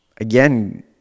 Again